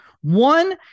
one